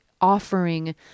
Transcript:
offering